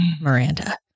Miranda